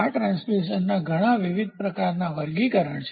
આ ટ્રાન્સડ્યુસરના ઘણા વિવિધ પ્રકારનાં વર્ગીકરણ છે